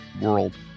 world